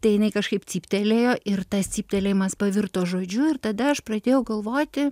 tai jinai kažkaip cyptelėjo ir tas cyptelėjimas pavirto žodžiu ir tada aš pradėjau galvoti